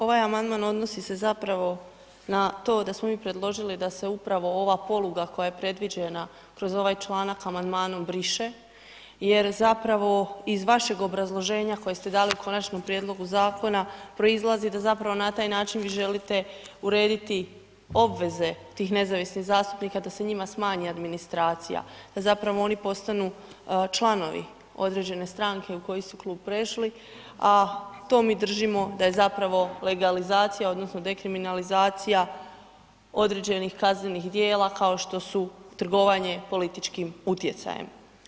Ovaj amandman odnosi se zapravo na to da smo mi predložili da se upravo ova poluga koja je predviđena kroz ovaj članak amandmanom briše jer zapravo iz vašeg obrazloženja koje ste dali u Konačnom prijedlogu zakona proizlazi da zapravo na taj način vi želite urediti obveze tih nezavisnih zastupnika, da se njima smanji administracija, da zapravo oni postanu članovi određene stranke u koji su klub prešli, a to mi držimo da je zapravo legalizacija odnosno dekriminalizacija određenih kaznenih dijela kao što su trgovanje političkim utjecajem.